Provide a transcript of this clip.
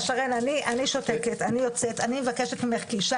לנועה שוקרון רפרנטית חינוך באגף התקציבים ממשרד